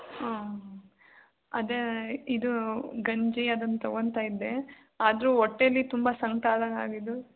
ಹಾಂ ಅದೇ ಇದು ಗಂಜಿ ಅದೊಂದು ತಗೋತ ಇದ್ದೆ ಆದರೂ ಹೊಟ್ಟೆಯಲ್ಲಿ ತುಂಬ ಸಂಕಟ ಆದಂಗೆ ಆಗಿದ್ದು